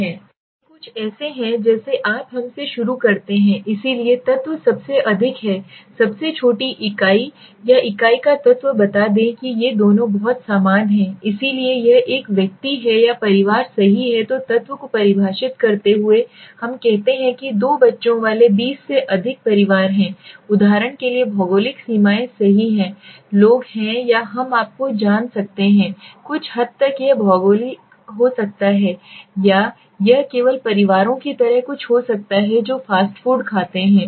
तो ये कुछ ऐसे हैं जैसे आप हम से शुरू करते हैं इसलिए तत्व सबसे अधिक है सबसे छोटी इकाई या इकाई का तत्व बता दें कि ये दोनों बहुत समान हैं इसलिए यह एक व्यक्ति है या परिवार सही है तो तत्व को परिभाषित करते हुए हम कहते हैं कि दो बच्चों वाले 20 से अधिक परिवार हैं उदाहरण के लिए भौगोलिक सीमाएँ सही हैं लोग हैं या हम आपको जान सकते हैं कुछ हद तक यह भौगोलिक हो सकता है या यह केवल परिवारों की तरह कुछ हो सकता है जो फास्ट फूड खाते हैं